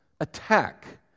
attack